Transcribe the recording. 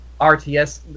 RTS